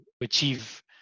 achieve